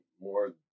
more